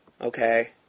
Okay